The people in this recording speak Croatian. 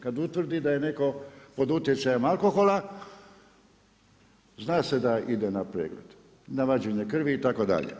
Kad utvrdi da je netko pod utjecajem alkohola zna se da ide na pregled, na vađenje krvi itd.